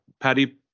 Patty